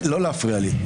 לא להפריע לי.